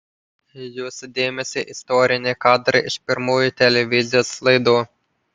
jūsų dėmesiui istoriniai kadrai iš pirmųjų televizijos laidų